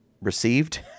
received